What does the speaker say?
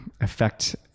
affect